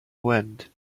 wind